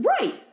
Right